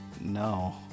no